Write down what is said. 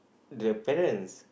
the parents